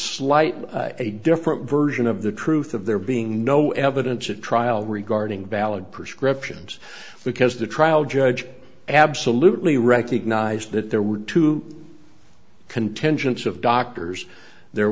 slightly a different version of the truth of there being no evidence at trial regarding valid prescriptions because the trial judge absolutely recognized that there were two contingents of doctors